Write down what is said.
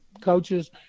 coaches